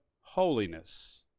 holiness